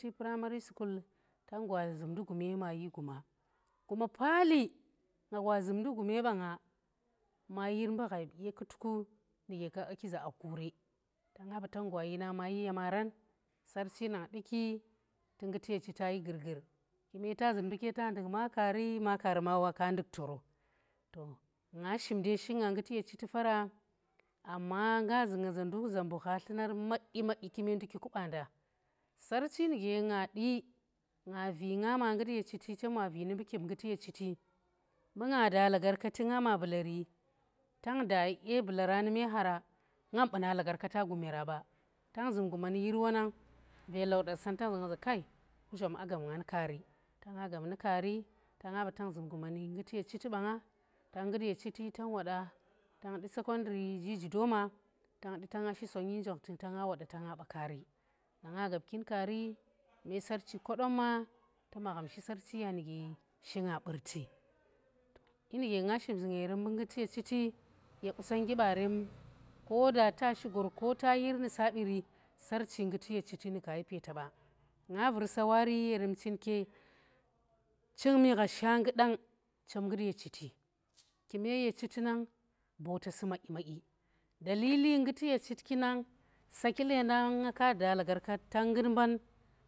Tuyi primary school tang gwa zumndi gume maa yi guma guma paali nga gwa zumndi gume baa nga maa yir mbu ghai bu dye kutuku nu ka qaa ki za akure tanga ba tang gwa yina mayi yema ran sarehi nang duki tu nguti ye chita shi gurgur kume ta zun mbu ko te nduk maa kaari, maa kaari ma wa ka nduk toro to nga shim dai shi nga nguti ye chiti faara amma nga zu nga za nduk zambuka tlumar madyi madyi kume nduki ku baanda. sarchi nuge ngadi nga vi nga ma ngut ye chiti chem wa vi nu mbu kip nguti ye chiti mbu nga da lagarkati nga ma bu lari tang da dye bulara nu me khara ngam na lagarkata gumera ba, tang zum guma nu yi wonang, ve landar cen tang zu nga za kai kuzhom a gab ngan kaari, ta nga gab nu kaari ta nga ba tang zum guma nu nguti ye chiti ba nga tang ngut ye chiti tang woda tang du secondary GG Doma tangdu tan nga shi sonyi njong tuk ta nga woda ta nga ba kaari. Na nga gab kir kaari, me sarchi kodomma tu magham shi sarchi nu ge shi nga burti. Dyi nu ge nga shim zu nga shim zu nga yerem mbu nguti ye chiti qusonnggi baarem ko da tashi gor ko ta yir nu sabiri, sarchi ngutiye chiti nu ka yi peeta ba, nga vur sarchi yerem, chin ke chingmi gha shannggudang chem ngut ye chiti kume ye chiti nang bota si madyi ma dyi dalili nguti ye chiti nang saaki leendang nga ka daa lagarkat tang ngut mban.